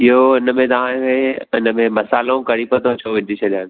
इहो हिन में तव्हां खे हिन में मसाल्हो कढ़ी पत्तो अछो विझी छॾियां